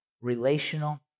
relational